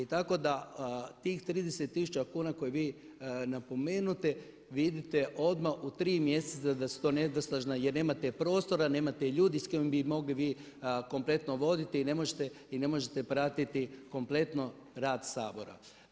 Tako da tih 30 tisuća kuna koje vi napominjete vidite odmah u tri mjeseca da su to nedostižna jer nemate prostora, nemate ljudi s kojima bi vi mogli kompletno voditi i ne možete pratiti kompletno rad Sabora.